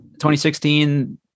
2016